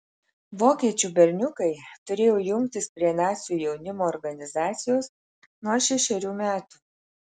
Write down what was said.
vokiečių berniukai turėjo jungtis prie nacių jaunimo organizacijos nuo šešerių metų